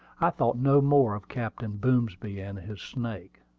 i thought no more of captain boomsby and his snake.